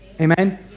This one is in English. Amen